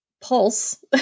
Pulse